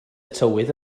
tywydd